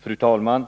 Fru talman!